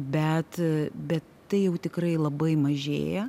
bet bet tai jau tikrai labai mažėja